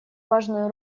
важную